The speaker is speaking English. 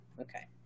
okay